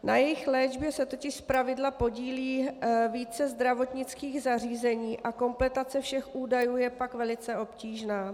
Na jejich léčbě se totiž zpravidla podílí více zdravotnických zařízení a kompletace všech údajů je pak velice obtížná.